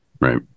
right